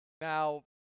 Now